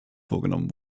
vorgenommen